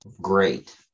Great